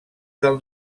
del